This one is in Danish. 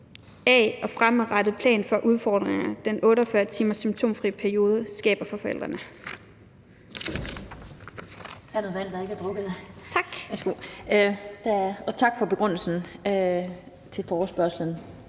af og en fremadrettet plan for udfordringerne, som den 48 timer symptomfri periode skaber for forældrene.